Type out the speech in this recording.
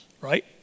right